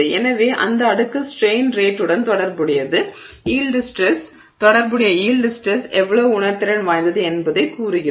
எனவே இந்த அடுக்கு ஸ்ட்ரெய்ன் ரேட்டுடன் தொடர்புடைய யீல்டு ஸ்ட்ரெஸ் எவ்வளவு உணர்திறன் வாய்ந்தது என்பதைக் கூறுகிறது